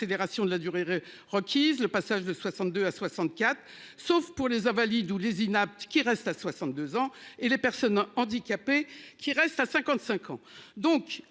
de la durée requise le passage de 62 à 64 sauf pour les invalides ou les inaptes qui reste à 62 ans et les personnes handicapées qui reste à 55 ans,